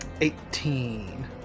Eighteen